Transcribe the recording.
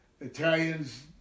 Italians